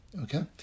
okay